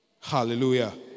Hallelujah